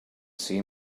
see